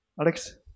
Alex